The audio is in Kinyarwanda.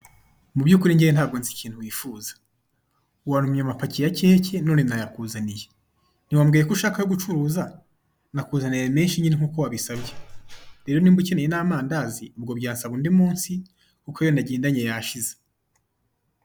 Mu by'ukuri njyewe ntabwo nzi ikintu wifuza, wantumye amapaki ya keke none nayakuzaniye, ntiwambwiye ko ushaka ayo gucuruza? Nakuzaniye meshyi nyine nk'uko wabisabye. Rero nimba ukeneye n'amandazi, ubwo byasaba undi munsi, kuko ayo nagendanye yashize.